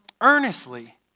earnestly